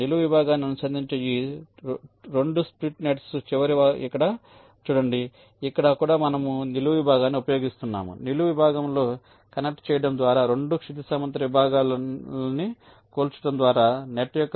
నిలువు విభాగాన్ని అనుసంధానించే ఈ 2 స్ప్లిట్ నెట్స్ చివర ఇక్కడ చూడండి ఇక్కడ కూడా మనము నిలువు విభాగాన్ని ఉపయోగిస్తున్నాము నిలువు విభాగంలో కనెక్ట్ చేయడం ద్వారా 2 క్షితిజ సమాంతర విభాగాన్ని కూల్చడం ద్వారా నెట్ యొక్క